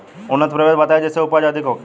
उन्नत प्रभेद बताई जेसे उपज अधिक होखे?